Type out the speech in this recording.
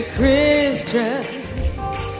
Christians